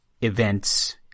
events